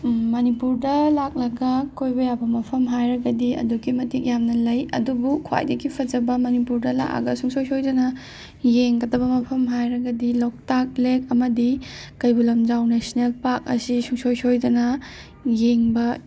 ꯃꯅꯤꯄꯨꯔꯗ ꯂꯥꯛꯂꯒ ꯀꯣꯏꯕ ꯌꯥꯕ ꯃꯐꯝ ꯍꯥꯏꯔꯒꯗꯤ ꯑꯗꯨꯛꯀꯤ ꯃꯇꯤꯛ ꯌꯥꯝꯅ ꯂꯩ ꯑꯗꯨꯕꯨ ꯈ꯭ꯋꯥꯏꯗꯒꯤ ꯐꯖꯕ ꯃꯅꯤꯄꯨꯔꯗ ꯂꯥꯛꯑꯒ ꯁꯨꯡꯁꯣꯏ ꯁꯣꯏꯗꯅ ꯌꯦꯡꯒꯗꯕ ꯃꯐꯝ ꯍꯥꯏꯔꯒꯗꯤ ꯂꯣꯛꯇꯥꯛ ꯂꯦꯛ ꯑꯃꯗꯤ ꯀꯩꯕꯨꯜ ꯂꯝꯖꯥꯎ ꯅꯦꯁꯅꯦꯜ ꯄꯥꯛ ꯑꯁꯤ ꯁꯨꯡꯁꯣꯏ ꯁꯣꯏꯗꯅ ꯌꯦꯡꯕ